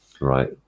right